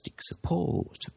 support